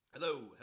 Hello